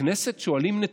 בכנסת שואלים על נתונים.